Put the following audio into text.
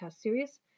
series